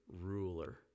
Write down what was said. ruler